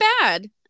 bad